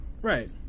Right